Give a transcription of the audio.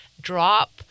Drop